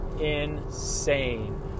insane